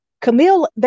Camille